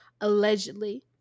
allegedly